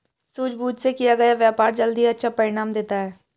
सूझबूझ से किया गया व्यापार जल्द ही अच्छा परिणाम देता है